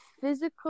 physical